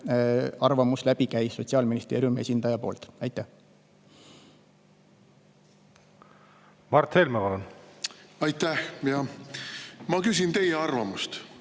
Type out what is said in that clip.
arvamus läbi käis Sotsiaalministeeriumi esindaja poolt. Mart Helme, palun! Aitäh! Ma küsin teie arvamust,